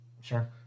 Sure